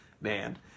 Man